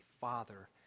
Father